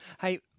Hey